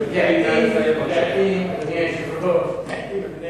ודאי זו הצעה משר בממשלה.